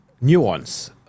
nuance